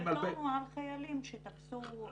הסרטון הוא על חיילים שתפסו פועלים פלסטינים.